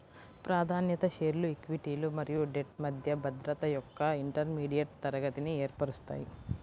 ప్రాధాన్యత షేర్లు ఈక్విటీలు మరియు డెట్ మధ్య భద్రత యొక్క ఇంటర్మీడియట్ తరగతిని ఏర్పరుస్తాయి